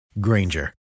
Granger